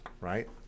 right